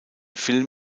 film